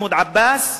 מחמוד עבאס,